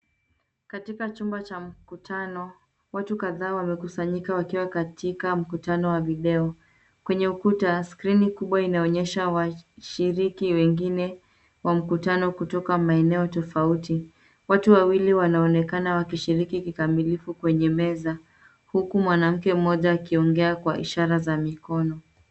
Katika chumba cha mkutano watu kadhaa wamekusanyika wakiwa katika mkutano wa video. Kwenye ukuta skrini kubwa inaonesha washiriki wengine wa mkutano kutoka maeneo tofauti. Watu wawili wanaonekana wakishikiri kikamilifu kwenye meza huku mwanamke mmoja akiongea kwa ishara za mikono.